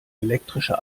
elektrische